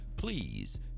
Please